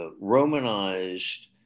Romanized